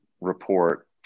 report